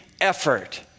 effort